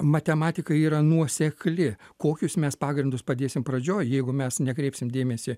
matematika yra nuosekli kokius mes pagrindus padėsim pradžioj jeigu mes nekreipsim dėmesį